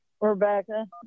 Rebecca